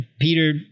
Peter